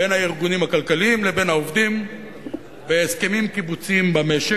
בין הארגונים הכלכליים לבין העובדים בהסכמים קיבוציים במשק,